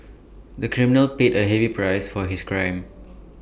the criminal paid A heavy price for his crime